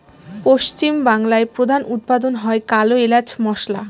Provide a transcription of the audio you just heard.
পশ্চিম বাংলায় প্রধান উৎপাদন হয় কালো এলাচ মসলা